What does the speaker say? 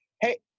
Hey